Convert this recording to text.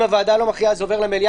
אם הוועדה לא מכריעה זה עובר למליאה.